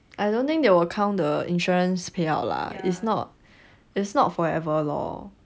I don't think they will count the insurance payout lah it's not it's not forever lor